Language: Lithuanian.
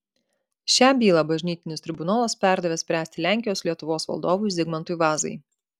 šią bylą bažnytinis tribunolas perdavė spręsti lenkijos lietuvos valdovui zigmantui vazai